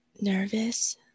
nervous